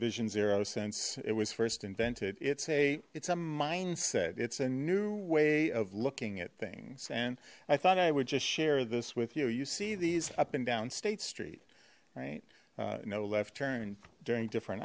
vision zero since it was first invented it's a it's a mindset it's a new way of looking at things and i thought i would just share this with you you see these up and down state street right no left turn during different